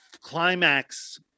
climax